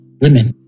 women